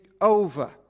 over